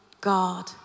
God